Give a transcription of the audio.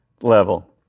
level